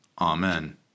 Amen